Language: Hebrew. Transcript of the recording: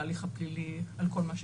ההליך הפלילי על כל מה שכרוך.